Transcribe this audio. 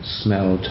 smell